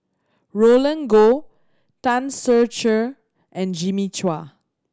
Roland Goh Tan Ser Cher and Jimmy Chua